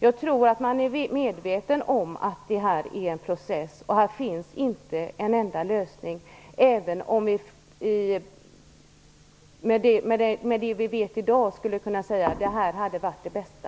Jag tror att man är medveten om att detta är en process och att det inte finns en enda lösning, även om vi i dag, med det vi vet, skulle kunna säga: Detta hade varit det bästa.